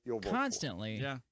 constantly